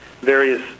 various